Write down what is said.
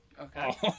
Okay